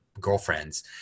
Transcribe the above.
girlfriends